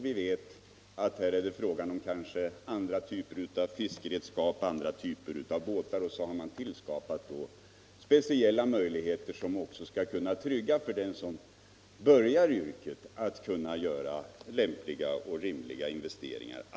Vi vet att här är det fråga om exempelvis andra typer av fiskredskap och andra typer av båtar, och så har vi skapat speciella möjligheter som också skall kunna trygga lämpliga och rimliga investeringar för den som börjar i yrket.